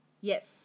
yes